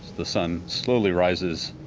the sun slowly rises.